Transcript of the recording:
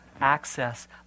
access